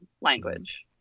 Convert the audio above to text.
language